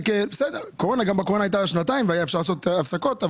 הקורונה הייתה שנתיים והיה אפשר לעשות הפסקות.